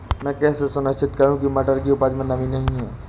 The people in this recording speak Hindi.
मैं कैसे सुनिश्चित करूँ की मटर की उपज में नमी नहीं है?